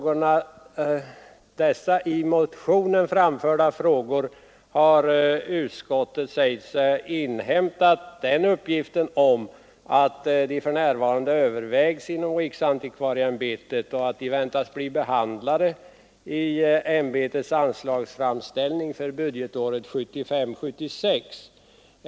Om dessa i motionen påtalade frågor säger sig utskottet ha inhämtat den uppgiften, att de för närvarande övervägs inom riksantikvarieämbetet och väntas bli behandlade i ämbetets anslagsframställning för budgetåret 1975/76.